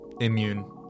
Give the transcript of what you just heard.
immune